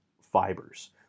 fibers